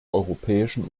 europäischen